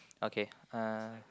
okay uh